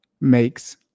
makes